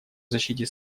защите